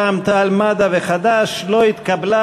רע"ם-תע"ל-מד"ע וחד"ש לא התקבלה.